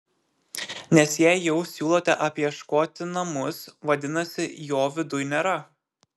nes jei jau siūlote apieškoti namus vadinasi jo viduj nėra